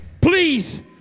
Please